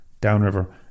downriver